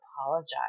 apologize